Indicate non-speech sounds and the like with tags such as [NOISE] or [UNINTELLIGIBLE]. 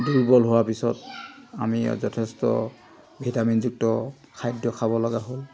দুৰ্বল হোৱাৰ পিছত আমি [UNINTELLIGIBLE] যথেষ্ট ভিটামিনযুক্ত খাদ্য খাব লগা হ'ল